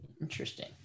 Interesting